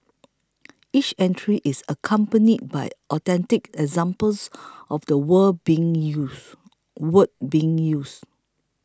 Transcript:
each entry is accompanied by authentic examples of the word being used word being used